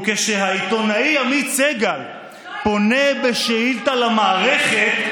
וכשהעיתונאי עמית סגל פונה בשאילתה למערכת,